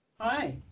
Hi